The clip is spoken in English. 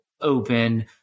open